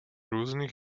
různých